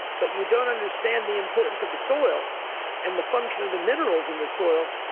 but you don't understand the importance of the soil and the function of the minerals in the soil,